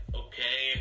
okay